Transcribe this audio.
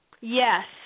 Yes